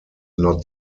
not